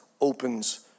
opens